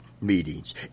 meetings